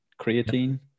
creatine